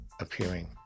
appearing